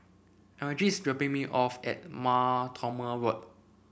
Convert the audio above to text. Elgie is dropping me off at Mar Thoma Road